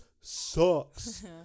sucks